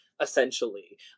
essentially